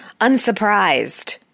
unsurprised